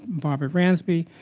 barbara bransby,